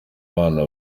bana